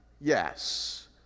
Yes